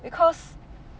because